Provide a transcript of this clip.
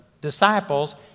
disciples